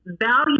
value